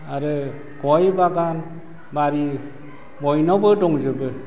आरो गय बागान बारि बयनावबो दंजोबो